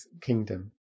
kingdom